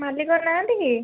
ମାଲିକ ନାହାନ୍ତି କି